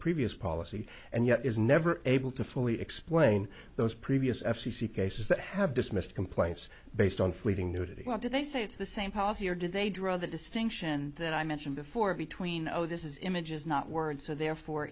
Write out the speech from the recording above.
previous policy and yet is never able to fully explain those previous f c c cases that have dismissed complaints based on fleeting nudity did they say it's the same policy or did they draw the distinction that i mentioned before between oh this is images not words so therefore